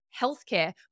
healthcare